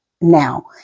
now